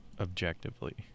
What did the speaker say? objectively